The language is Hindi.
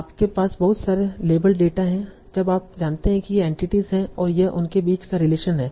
आपके पास बहुत सारे लेबल्ड डेटा है जब आप जानते हैं कि ये एंटिटीस हैं और यह उनके बीच का रिलेशन है